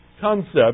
concept